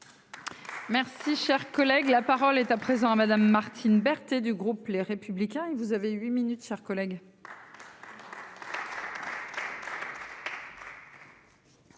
Merci, cher collègue, la parole est à présent à madame Martine Berthet du groupe Les Républicains et vous avez 8 minutes, chers collègues.